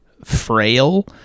Frail